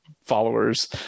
followers